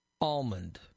Almond